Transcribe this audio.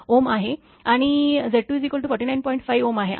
5 आहे